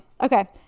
Okay